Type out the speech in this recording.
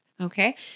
okay